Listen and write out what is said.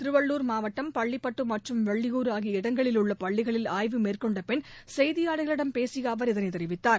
திருவள்ளூர் மாவட்டம் பள்ளிப்பட்டுமற்றும் வெள்ளியூர் ஆகிய இடங்களில் உள்ளபள்ளிகளில் ஆய்வு மேற்கொண்டபின் செயதியாளர்களிடம் பேசியஅவர் இதனைத் தெரிவித்தார்